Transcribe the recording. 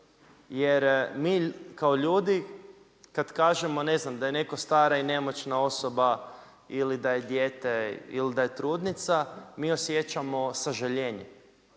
jer mi kao ljudi, kad kažemo ne znam, da je netko stara i nemoćna osoba, ili da je dijete ili da je trudnica, mi osjećamo sažaljenje.